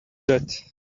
that